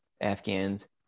Afghans